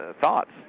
thoughts